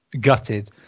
gutted